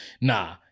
Nah